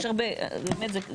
יש הרבה, באמת.